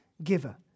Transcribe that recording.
giver